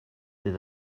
fydd